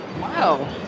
Wow